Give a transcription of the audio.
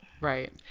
Right